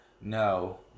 no